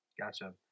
gotcha